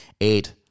eight